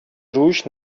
روش